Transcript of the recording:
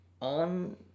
on